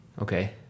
Okay